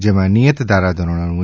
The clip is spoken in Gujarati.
જેમાં નિયત ધારા ધોરણો છે